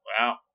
Wow